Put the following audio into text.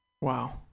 Wow